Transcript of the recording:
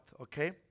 okay